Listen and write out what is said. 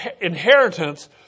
inheritance